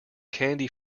candy